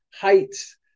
heights